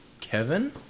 Kevin